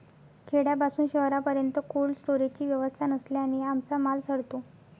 खेड्यापासून शहरापर्यंत कोल्ड स्टोरेजची व्यवस्था नसल्याने आमचा माल सडतो